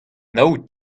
nav